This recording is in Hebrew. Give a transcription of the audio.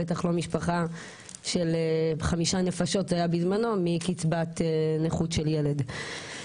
בטח לא משפחה של חמישה נפשות היה בזמנו מקצבת נכות של ילד.